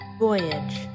Voyage